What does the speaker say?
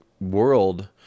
world